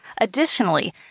Additionally